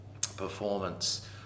performance